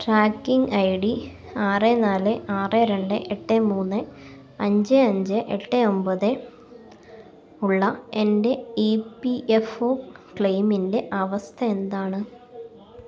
tracking I D ആറ് നാല് ആറ് രണ്ട് എട്ട് മൂന്ന് അഞ്ച് അഞ്ച് എട്ട് ഒമ്പത് ഉള്ള എൻ്റെ ഇ പി എഫ് ഒ ക്ലെയിമിൻ്റെ അവസ്ഥ എന്താണ്